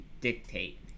dictate